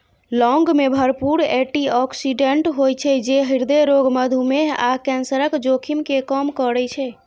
लौंग मे भरपूर एटी ऑक्सिडेंट होइ छै, जे हृदय रोग, मधुमेह आ कैंसरक जोखिम कें कम करै छै